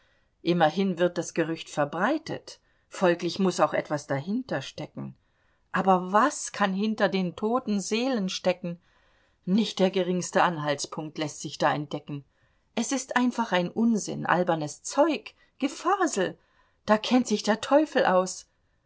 immerhin wird das gerücht verbreitet folglich muß auch etwas dahinter stecken aber was kann hinter den toten seelen stecken nicht der geringste anhaltspunkt läßt sich da entdecken es ist einfach ein unsinn albernes zeug gefasel da kennt sich der teufel aus